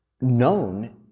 known